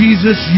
Jesus